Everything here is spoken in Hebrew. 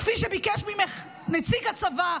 כפי שביקש ממך נציג הצבא,